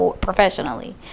professionally